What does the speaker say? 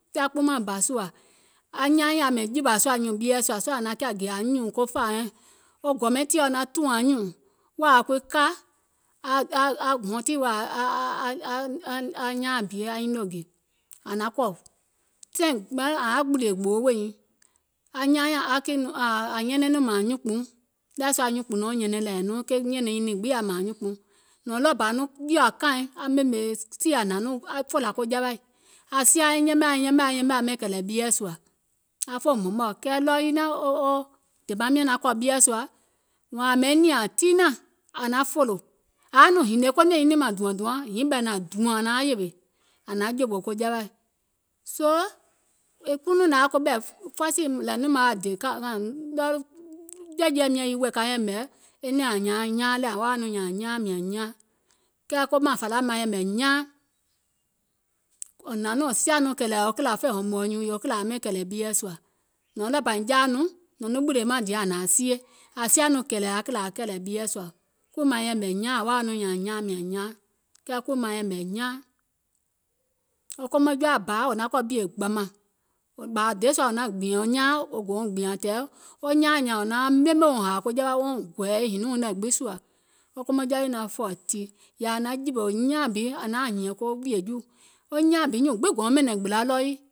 aŋ nyaaŋ nyȧŋ yaȧ mɛ̀iŋ jìwȧ sùȧ nyùùŋ ɓieɛ̀ sùȧ sɔɔ̀ ȧŋ naŋ kiȧ gè aŋyùùŋ ko fȧȧ wɛɛ̀ŋ, wo gɔmɛntìɔ naŋ tùɔŋ anyùùŋ wèè a kui ka a huntì wèè a a a nyaaŋ nyȧŋ, ȧŋ naŋ kɔ̀, taìŋ mùnlȧŋ ȧŋ yaȧ ɓùlìè gboo weè nyiŋ, aŋ nyaaŋ nyȧŋ akì nɔŋ mȧȧŋ nyuùŋkpùuŋ, ɗɛwɛɛ̀ sɔa nyuùnkpùnɔ̀ɔŋ nyɛnɛŋ lɛ̀, ke nyɛ̀nɛŋ nyiŋ nɛɛ̀ŋ gbiŋ yaȧ mȧȧŋ nyuùnkpùuŋ, kɛɛ ɗɔɔ yii naȧŋ demaaŋ miɔ̀ŋ naŋ kɔ̀ ɓieɛ̀ sùȧ wȧȧŋ ȧŋ mɛ̀iŋ nìȧŋ tiinȧŋ ȧŋ naŋ fòlò, ȧŋ yaȧ nɔŋ hìnìè ko nɛ̀ɛ̀ŋ nyiŋ niìŋ maŋ dùȧŋ dùaŋ nyiŋ ɓɛɛ ȧŋ naŋ dùɔ̀ŋ ȧŋ naaŋ yèwè, ȧŋ naŋ jòwo ko jawaì, soo kuŋ nɔŋ nȧŋ yaȧ koɓɛ̀ fɔisìi nȧȧŋ nɔŋ maŋ wa dè kȧ fȧȧ wiiŋ jiɛ̀jiɛ̀ɛ lii ka yɛ̀mɛ̀ e nɛ̀ɛŋ ȧŋ ŋyaaŋ nyaaŋ lɛ̀, nyȧȧŋ nyaaŋ mìȧŋ nyaaŋ, kɛɛ ko mȧnfȧla maŋ yɛ̀mɛ̀ nyaaŋ wò hnȧŋ nɔŋ wò siȧ nɔŋ kɛ̀lɛ̀ɛ̀ wo fè hɔ̀mɔ̀ɔ̀ nyùùŋ wo kìlȧ wo ɓɛìŋ kɛ̀lɛ̀ ɓieɛ̀ sùȧ, nɔ̀ɔŋ ɗɔɔbɛ̀ nìŋ jaȧ nɔŋ nɔ̀ŋ nɔŋ ɓùlìè maŋ dè aŋ hnȧŋ aŋ sie, ȧŋ siȧ nɔŋ kɛ̀lɛ̀ɛ̀ aŋ ɓɛìŋ kɛ̀lɛ̀ ɓieɛ̀ sùȧ, kuii maŋ yɛ̀mɛ̀ nyaaŋ, woȧ wa nɔŋ nyȧȧŋ nyaaŋ mìȧŋ nyaaŋ, kɛ kuii maŋ yɛ̀mɛ̀ nyaaŋ, wo kɔmɔjɔaȧ bȧa wò naŋ kɔ̀ ɓìè gbàmȧŋ, ɓȧȧ diè sua wò naŋ gbìɛ̀ŋ nyaaȧŋ, wo gòuŋ gbìȧŋ tɛ̀ɛ̀ wo nyaaȧŋ nyȧȧŋ wò nauŋ ɓemè wouŋ hȧȧ jɛwɛ wo gɔ̀ɛ̀ɛ̀ hinìuŋ nɛ̀ gbiŋ sùȧ wo kɔmɔŋ jɔa wii naŋ fɔ̀ tì, ȧŋ naŋ jìwè wo nyaaŋ bi ȧŋ nauŋ hìɛ̀ŋ ko wùìyè juu, wo nyaaŋ bi nyùùŋ gbiŋ gòuŋ ɓɛ̀nɛ̀ŋ gbìlȧ ɗɔɔ yii,